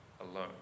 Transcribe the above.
alone